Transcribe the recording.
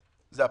טוב,